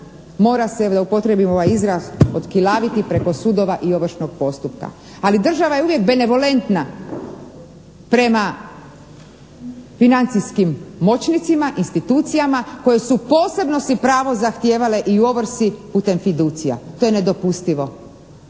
mora se, da upotrijebim ovaj izraz, otkilaviti preko sudova i ovršnog postupka. Ali država je uvijek benevolentna prema financijskim moćnicima, institucijama koje su posebno si pravo zahtijevale i u ovrsi putem fiducija. To je nedopustivo.